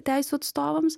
teisių atstovams